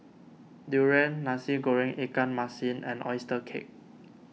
Durian Nasi Goreng Ikan Masin and Oyster Cake